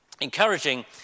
Encouraging